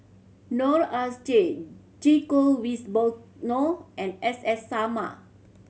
Noor S J Djoko Wibisono and S S Sarma